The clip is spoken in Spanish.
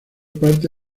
parte